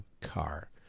car